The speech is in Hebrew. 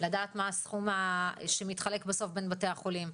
לדעת מה הסכום שמתחלק בסוף בין בתי החולים.